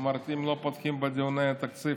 אמרתי: אם לא פותחים בדיוני התקציב,